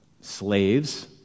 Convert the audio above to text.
slaves